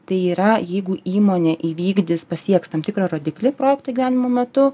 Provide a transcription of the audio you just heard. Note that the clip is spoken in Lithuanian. tai yra jeigu įmonė įvykdys pasieks tam tikrą rodiklį projekto įgyvenimo metu